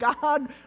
God